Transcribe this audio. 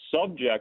subject